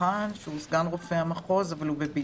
פרחאן שהוא סגן רופא המחוז אבל הוא בבידוד.